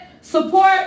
support